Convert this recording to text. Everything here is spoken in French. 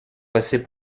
passés